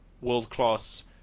world-class